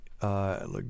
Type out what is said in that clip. Look